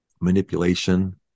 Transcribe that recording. manipulation